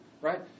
right